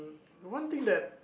one thing that